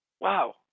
wow